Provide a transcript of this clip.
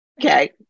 Okay